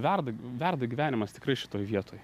verda verda gyvenimas tikrai šitoj vietoj